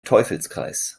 teufelskreis